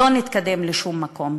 לא נתקדם לשום מקום.